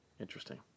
Interesting